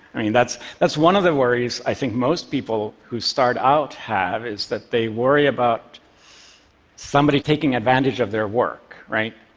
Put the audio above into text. i mean, that's that's one of the worries i think most people who start out have, is that they worry about somebody taking advantage of their work, right?